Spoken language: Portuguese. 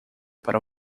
para